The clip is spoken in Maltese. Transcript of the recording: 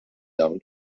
dawn